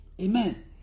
Amen